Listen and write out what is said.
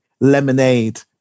lemonade